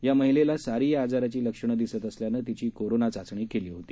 या महिलेला सारी या आजाराची लक्षण दिसत असल्यानं तिची कोरोना चाचणी केली होती